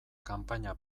kanpaina